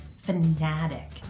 fanatic